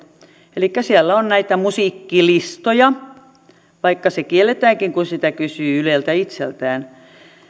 elikkä siellä on näitä musiikkilistoja vaikka se kielletäänkin kun sitä kysyy yleltä itseltään